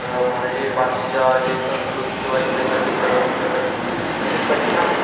मराठी भाषा ही संस्कृत किंवा इंग्रजसारखा इतर भाषांचा कर म्हणजे परिणाम